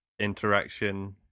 interaction